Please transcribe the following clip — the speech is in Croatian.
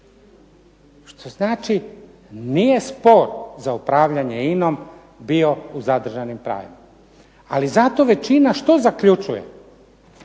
što znači nije spor za upravljanje INA-om bio u zadržanim pravima. Ali zato većina što zaključuje,